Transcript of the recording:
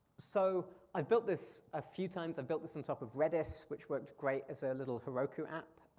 so i've built this, a few times i've built this on top of redis, which worked great as a little heroku app.